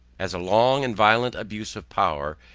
as a long and violent abuse of power,